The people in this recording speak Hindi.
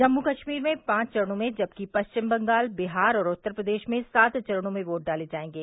जम्मू कश्मीर में पांच चरणों में जबकि पश्चिम बंगाल बिहार और उत्तर प्रदेश में सात चरणों में वोट डाले जाएंगे